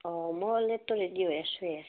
অঁ মই অ'লেটো ৰেডি হৈ আছোঁয়ে